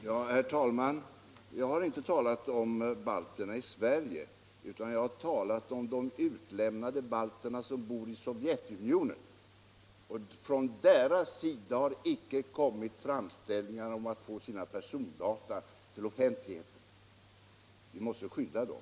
Herr talman! Jag. har inte talat om balterna i Sverige, utan jag har talat om de utlämnade balterna, som bor i Sovjetunionen. Från deras sida har inte kommit framställningar om att få sina persondata offentliggjorda. Vi måste skydda dem.